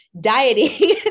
dieting